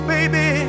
Baby